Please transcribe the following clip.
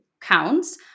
counts